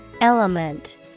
Element